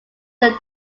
them